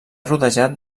rodejat